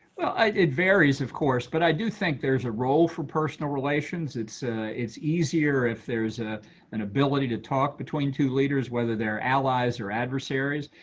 it varies, of course. but i do think there's a role for personal relations. it's it's easier if there's an ah an ability to talk between two leaders, whether they're allies or adversarys.